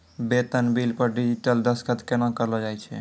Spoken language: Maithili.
बेतन बिल पर डिजिटल दसखत केना करलो जाय छै?